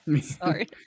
Sorry